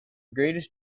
greatest